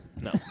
No